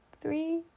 three